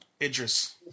Idris